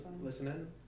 listening